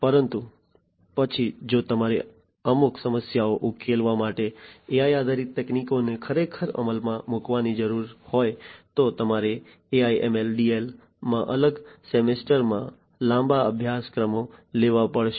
પરંતુ પછી જો તમારે અમુક સમસ્યાઓ ઉકેલવા માટે AI આધારિત તકનીકોને ખરેખર અમલમાં મૂકવાની જરૂર હોય તો તમારે AI ML DL માં અલગ સેમેસ્ટરમાં લાંબા અભ્યાસક્રમો લેવા પડશે